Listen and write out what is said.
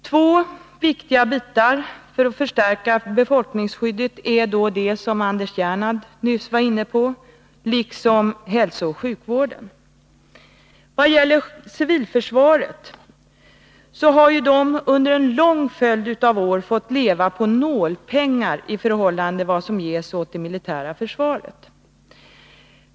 Två viktiga saker för att förstärka befolkningsskyddet är dels det som Anders Gernandt nyss var inne på, dels hälsooch sjukvården. Civilförsvaret har under en lång följd av år fått leva på nålpengar i förhållande till vad som ges åt det militära försvaret.